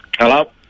Hello